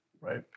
Right